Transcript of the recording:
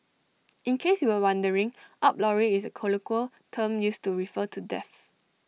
in case you were wondering up lorry is A colloquial term used to refer to death